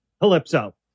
Calypso